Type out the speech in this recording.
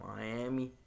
Miami